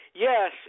Yes